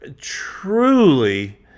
truly